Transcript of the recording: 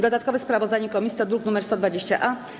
Dodatkowe sprawozdanie komisji to druk nr 120-A.